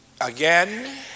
Again